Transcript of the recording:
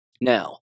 Now